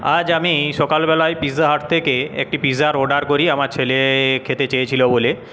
আজ আমি সকালবেলায় পিজ্জা হাট থেকে একটি পিজ্জার অর্ডার করি আমার ছেলে খেতে চেয়েছিল বলে